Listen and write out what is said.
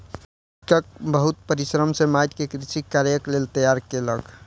कृषक बहुत परिश्रम सॅ माइट के कृषि कार्यक लेल तैयार केलक